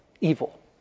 evil